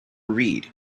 read